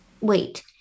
Wait